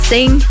Sing